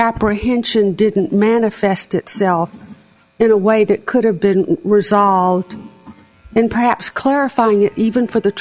apprehension didn't manifest itself in a way that could have been resolved and perhaps clarifying even for the